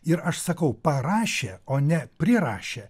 ir aš sakau parašė o ne prirašė